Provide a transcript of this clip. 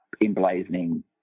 emblazoning